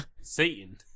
Satan